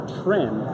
trend